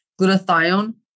Glutathione